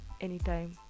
anytime